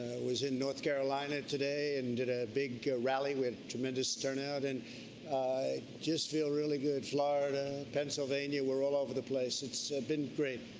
was in north carolina today, and did a big rally with a tremendous turnout. and i just feel really good. florida, pennsylvania, we're all over the place. it's been great.